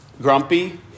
grumpy